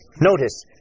Notice